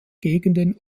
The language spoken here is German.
gegenden